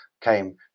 came